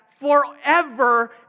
forever